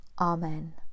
Amen